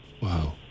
Wow